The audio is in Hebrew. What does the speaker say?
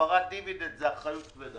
העברה דיבידנד זו אחריות כבדה.